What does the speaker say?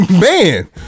Man